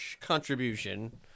contribution